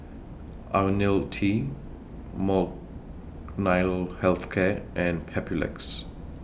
Ionil T Molnylcke Health Care and Papulex